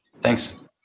Thanks